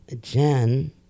Jen